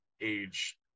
age